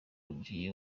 umukinnyi